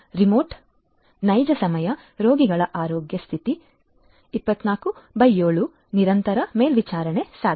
remote ನೈಜ ಸಮಯ ರೋಗಿಗಳ ಆರೋಗ್ಯ ಸ್ಥಿತಿ 24x7 ನ ನಿರಂತರ ಮೇಲ್ವಿಚಾರಣೆ ಸಾಧ್ಯ